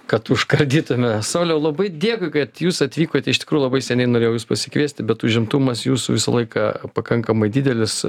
kad užkardytume sauliau labai dėkui kad jūs atvykote iš tikrųjų labai seniai norėjau jus pasikviesti bet užimtumas jūsų visą laiką pakankamai didelis